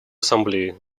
ассамблеи